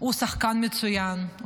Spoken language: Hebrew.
הוא שחקן מצוין,